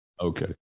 Okay